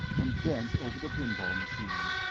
and bent over the pinball machine.